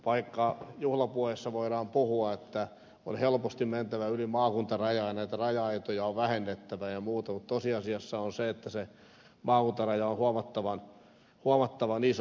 vaikka juhlapuheissa voidaan puhua että on helposti mentävä yli maakuntarajan että näitä raja aitoja on vähennettävä ja muuta niin tosiasia on se että se maakuntaraja on huomattavan iso